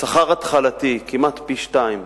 שכר התחלתי כמעט פי-שניים